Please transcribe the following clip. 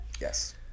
Yes